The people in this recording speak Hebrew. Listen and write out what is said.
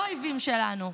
לא האויבים שלנו,